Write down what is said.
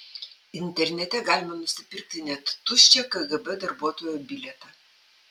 internete galima nusipirkti net tuščią kgb darbuotojo bilietą